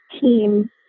team